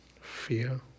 fear